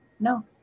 No